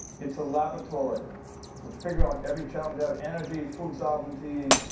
it's a laboratory for figuring out every challenge, have energy, food sovereignty,